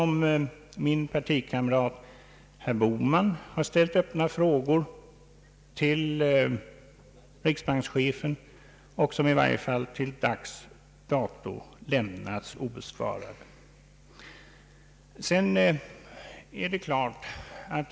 Min partikamrat herr Bohman har i detta ärende ställt öppna frågor till riksbankschefen, vilka i varje fall till dags dato lämnats obesvarade.